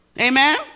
Amen